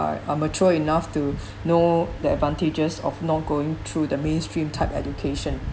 are mature enough to know the advantages of not going through the mainstream type education